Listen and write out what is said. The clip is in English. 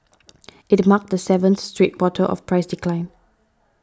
it marked the seventh straight quarter of price decline